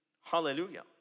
Hallelujah